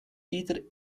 jeder